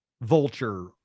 vulture